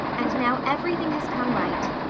and now everything has come right.